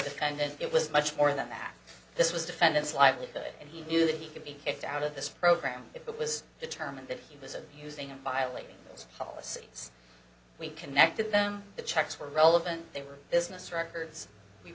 defendant it was much more than that this was defendant's livelihood and he knew that he could be kicked out of this program if it was determined that he was of using and violating those policies we connected them the checks were irrelevant they were business records we